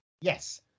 Yes